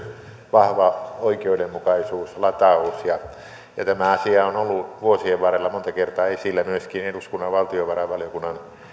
vahva oikeudenmukaisuuslataus ja tämä asia on ollut vuosien varrella monta kertaa esillä myöskin eduskunnan valtiovarainvaliokunnan